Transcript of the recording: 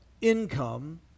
income